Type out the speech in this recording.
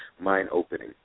mind-opening